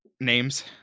names